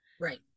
right